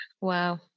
Wow